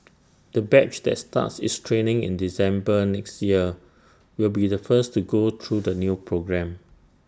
the batch that starts its training in December next year will be the first to go through the new programme